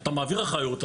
אתה מעביר אחריות,